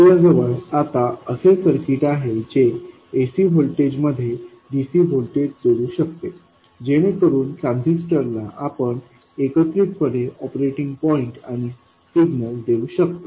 आपल्या जवळ आता असे सर्किट आहे जे ac व्होल्टेज मध्ये dc व्होल्टेज जोडू शकते जेणेकरून ट्रान्झिस्टरला आपण एकत्रितपणे ऑपरेटिंग पॉईंट आणि सिग्नल देऊ शकतो